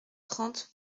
trente